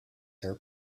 their